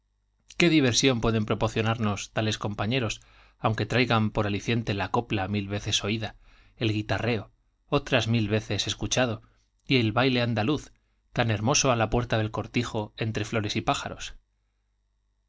qué diversión pueden proporcionarnos tales compañeros aunque traigan por aliciente la copla mil veces oída el guitarreo otras mil veces escuchado y el baile andaluz j tan hermoso á la puerta del cortijo entre flores y